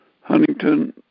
Huntington